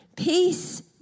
Peace